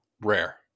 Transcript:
rare